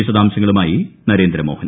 വിശദാംശങ്ങളുമായി നരേന്ദ്രമോഹൻ